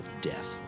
death